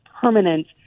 permanent